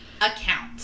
account